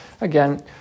again